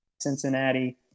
Cincinnati